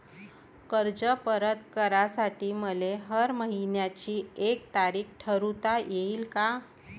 कर्ज परत करासाठी मले हर मइन्याची एक तारीख ठरुता येईन का?